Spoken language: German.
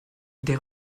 der